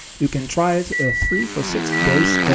you can try it ah free for sixty days,